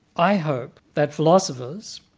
i hope that philosophers,